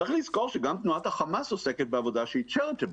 צריך לזכור שגם תנועת החמאס עוסקת בעבודה שהיא charitable.